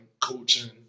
coaching